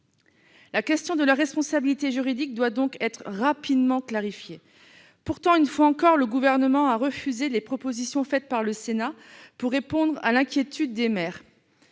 La question de la responsabilité juridique doit donc être rapidement clarifiée. Pourtant, une fois encore, le Gouvernement a refusé les propositions faites par le Sénat pour répondre à l'inquiétude des maires.